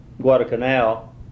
Guadalcanal